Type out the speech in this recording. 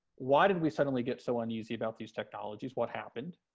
why did we suddenly get so uneasy about these technologies? what happened?